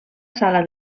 sala